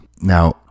Now